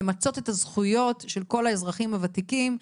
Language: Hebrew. למצות את הזכויות של כל האזרחים הוותיקים.